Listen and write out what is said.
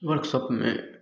workshop में